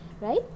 right